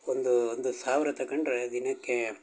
ಒಂದು ಒಂದು ಸಾವಿರ ತಗೊಂಡ್ರೆ ದಿನಕ್ಕೆ